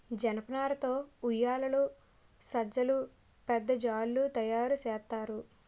జనపనార తో ఉయ్యేలలు సజ్జలు పెద్ద తాళ్లు తయేరు సేత్తారు